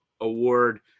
Award